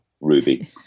Ruby